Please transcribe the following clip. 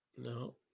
no